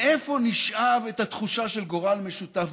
מאיפה נשאב את התחושה של גורל משותף?